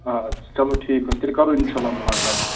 اَدٕ سا چلو ٹھیٖک حظ چھُ تیٚلہِ کَرَو اِنشاءاللہ مُلاقات